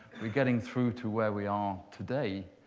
we're getting through to where we are today.